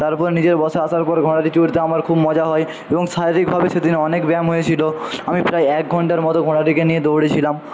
তারপর নিজের বশে আসার পর ঘোড়াটি চড়তে আমার খুব মজা হয় এবং শারীরিকভাবে সেদিন অনেক ব্যায়াম হয়েছিলো আমি প্রায় এক ঘন্টার মতো ঘোড়াটিকে নিয়ে দৌড়েছিলাম